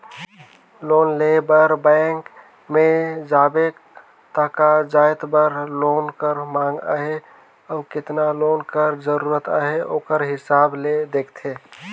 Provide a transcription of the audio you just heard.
loan लेय बर bank में जाबे त का जाएत बर लोन कर मांग अहे अउ केतना लोन कर जरूरत अहे ओकर हिसाब ले देखथे